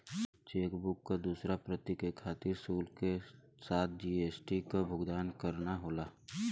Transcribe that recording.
chequebook क दूसर प्रति के खातिर शुल्क के साथ जी.एस.टी क भुगतान करना होला